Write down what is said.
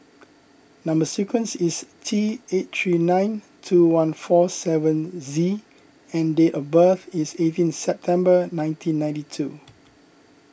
Number Sequence is T eight three nine two one four seven Z and date of birth is eighteen September nineteen ninety two